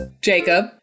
Jacob